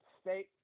State